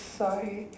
sorry